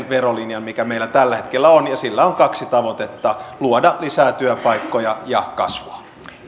verolinjan mikä meillä tällä hetkellä on ja sillä on kaksi tavoitetta luoda lisää työpaikkoja ja kasvua